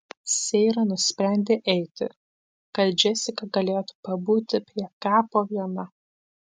seira nusprendė eiti kad džesika galėtų pabūti prie kapo viena